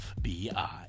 FBI